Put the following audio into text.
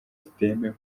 zitemewe